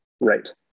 Right